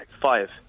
Five